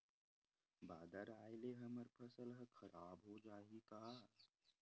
बादर आय ले हमर फसल ह खराब हो जाहि का?